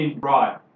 Right